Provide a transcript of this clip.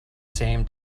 same